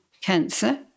cancer